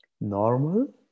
Normal